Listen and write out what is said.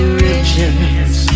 riches